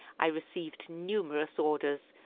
i received numerous orders,